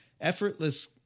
effortless